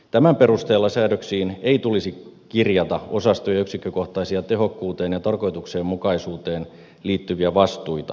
tämän perusteella säädöksiin ei tulisi kirjata osasto ja yksikkökohtaisia tehokkuuteen ja tarkoituksenmukaisuuteen liittyviä vastuita